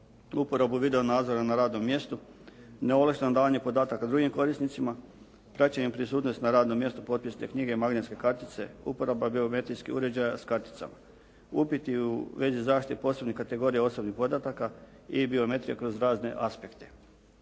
uporabu video nadzora na radnom mjestu, neovlašteno davanje podataka drugim korisnicima, praćenjem prisutnosti na radnom mjestu, potpisne knjige i magnetske kartice, uporaba geometrijskih uređaja s karticama, upiti u većoj zaštiti posebnih kategorija osobnih podataka i biometrija kroz razne aspekte.